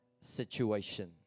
situation